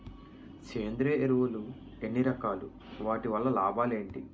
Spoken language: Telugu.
సేంద్రీయ ఎరువులు ఎన్ని రకాలు? వాటి వల్ల లాభాలు ఏంటి?